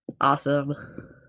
Awesome